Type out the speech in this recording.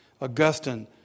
Augustine